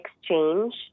exchange